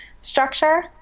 structure